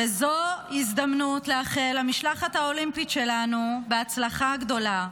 וזו הזדמנות לאחל למשלחת האולימפית שלנו בהצלחה גדולה.